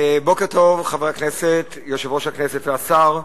בוקר טוב, חברי הכנסת, יושב-ראש הכנסת והשר,